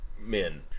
men